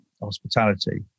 hospitality